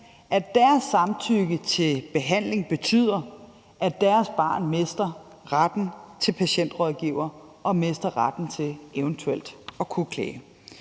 at deres samtykke til behandling betyder, at deres barn mister retten til at få en patientrådgiver og mister retten til eventuelt at kunne klage.